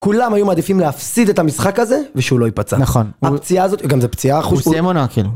כולם היו מעדיפים להפסיד את המשחק הזה, ושהוא לא ייפצע. נכון, הפציעה הזאת גם זה פציעה.. הוא סיים עונה.